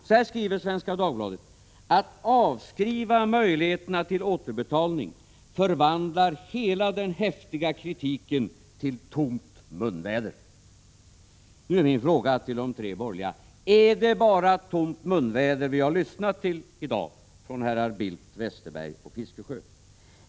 Så här skriver Svenska Dagbladet: Att avskriva möjligheterna till återbetalning förvandlar hela den häftiga kritiken till tomt munväder. Nu är min fråga till de tre borgerliga: Är det bara tomt munväder vi har lyssnat till i dag från herrar Bildt, Westerberg och Fiskesjö?